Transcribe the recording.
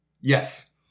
Yes